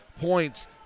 points